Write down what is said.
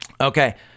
Okay